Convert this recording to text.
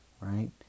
right